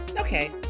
okay